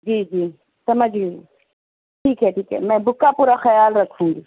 جی جی سمجھ گئی ٹھیک ہے ٹھیک ہے میں بک کا پورا خیال رکھوں گی